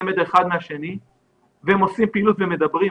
מטרים אחד מהשני ועושים פעילות ומדברים.